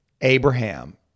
Abraham